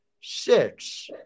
six